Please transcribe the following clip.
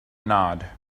nod